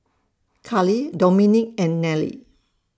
Carlie Dominique and Nelie